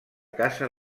casa